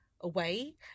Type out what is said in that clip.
away